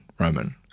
Roman